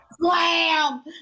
Slam